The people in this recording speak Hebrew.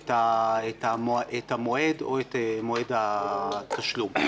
את מועד התשלום.